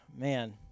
Man